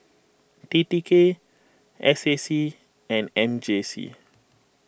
T T K S A C and M J C